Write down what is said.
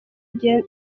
igihe